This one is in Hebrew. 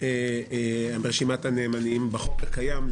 רשימת הנאמנים בחוק הקיים,